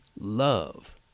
love